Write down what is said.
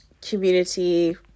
community